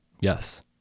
yes